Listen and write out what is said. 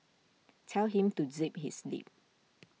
tell him to zip his lip